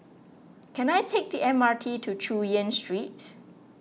can I take the M R T to Chu Yen Street